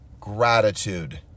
gratitude